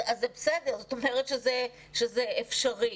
זאת אומרת שזה אפשרי.